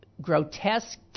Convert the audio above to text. grotesque